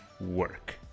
work